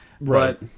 Right